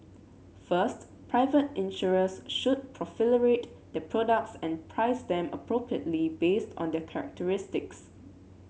first private insurers should proliferate their products and price them appropriately based on their characteristics